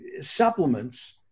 Supplements